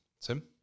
Tim